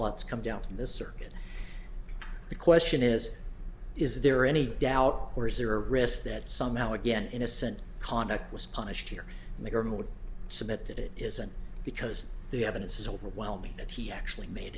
let's come down to the circuit the question is is there any doubt or is there a risk that somehow again innocent conduct was punished here and the government would submit that it isn't because the evidence is overwhelming that he actually made